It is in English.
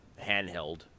handheld